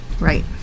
Right